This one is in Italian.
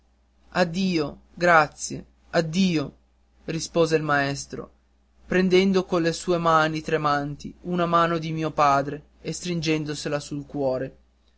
addio grazie addio rispose il maestro prendendo con le sue mani tremanti una mano di mio padre e stringendosela sul cuore